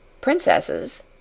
Princesses